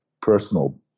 personal